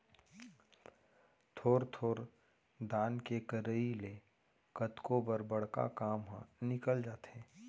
थोर थोर दान के करई ले कतको बर बड़का काम ह निकल जाथे